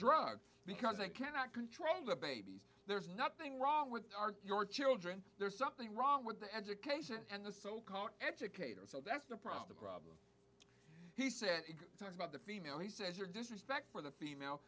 drug because they cannot control the babies there's nothing wrong with your children there's something wrong with the education and the so called educator so that's the problem the problem he said about the female he says your disrespect for the